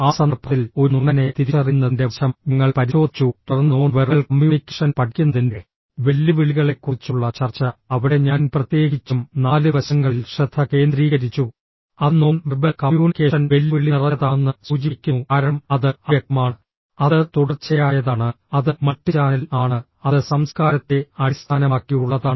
ആ സന്ദർഭത്തിൽ ഒരു നുണയനെ തിരിച്ചറിയുന്നതിന്റെ വശം ഞങ്ങൾ പരിശോധിച്ചു തുടർന്ന് നോൺ വെർബൽ കമ്മ്യൂണിക്കേഷൻ പഠിക്കുന്നതിന്റെ വെല്ലുവിളികളെക്കുറിച്ചുള്ള ചർച്ച അവിടെ ഞാൻ പ്രത്യേകിച്ചും നാല് വശങ്ങളിൽ ശ്രദ്ധ കേന്ദ്രീകരിച്ചു അത് നോൺ വെർബൽ കമ്മ്യൂണിക്കേഷൻ വെല്ലുവിളി നിറഞ്ഞതാണെന്ന് സൂചിപ്പിക്കുന്നു കാരണം അത് അവ്യക്തമാണ് അത് തുടർച്ചയായതാണ് അത് മൾട്ടിചാനൽ ആണ് അത് സംസ്കാരത്തെ അടിസ്ഥാനമാക്കിയുള്ളതാണ്